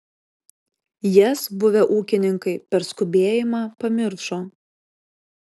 jas buvę ūkininkai per skubėjimą pamiršo